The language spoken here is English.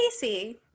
Casey